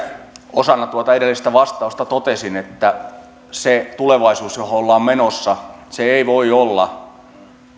osana tuota edellistä vastausta totesin että se tulevaisuus johon ollaan menossa ei voi olla